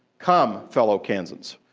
come, fellow kansans,